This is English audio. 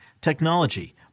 technology